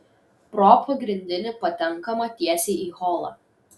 pro pagrindinį patenkama tiesiai į holą